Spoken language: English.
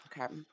Okay